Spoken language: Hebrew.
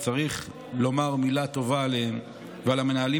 צריך לומר מילה טובה עליהם ועל המנהלים